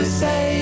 say